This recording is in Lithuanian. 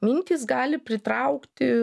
mintys gali pritraukti